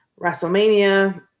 WrestleMania